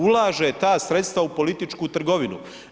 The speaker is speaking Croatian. Ulaže ta sredstva u političku trgovinu.